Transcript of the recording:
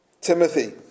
Timothy